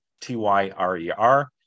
T-Y-R-E-R